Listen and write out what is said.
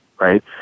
right